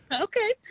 Okay